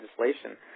legislation